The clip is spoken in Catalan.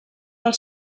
del